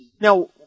Now